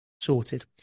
sorted